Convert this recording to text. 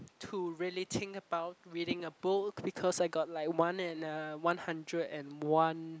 to really think about reading a book because I got like one and uh one hundred and one